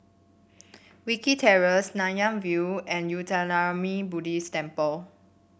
Wilkie Terrace Nanyang View and Uttamayanmuni Buddhist Temple